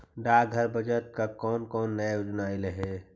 डाकघर बचत का कौन कौन नया योजना अइले हई